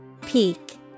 Peak